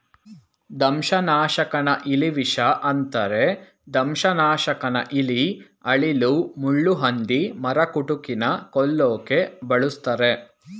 ದಂಶನಾಶಕನ ಇಲಿವಿಷ ಅಂತರೆ ದಂಶನಾಶಕನ ಇಲಿ ಅಳಿಲು ಮುಳ್ಳುಹಂದಿ ಮರಕುಟಿಕನ ಕೊಲ್ಲೋಕೆ ಬಳುಸ್ತರೆ